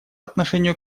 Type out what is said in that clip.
отношению